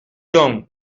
donc